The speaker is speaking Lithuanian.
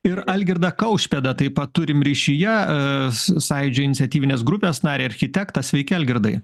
ir algirdą kaušpėdą taip pat turim ryšyje su sąjūdžio iniciatyvinės grupės narį architektą sveiki algirdai